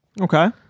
okay